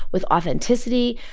with authenticity.